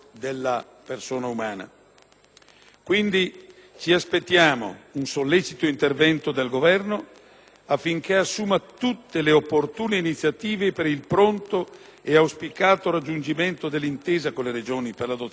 umana. Ci aspettiamo quindi un sollecito intervento del Governo affinché assuma tutte le opportune iniziative per il pronto e auspicato raggiungimento dell'intesa con le Regioni per l'adozione del citato Piano casa.